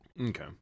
Okay